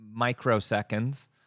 microseconds